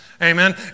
Amen